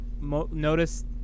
notice